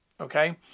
Okay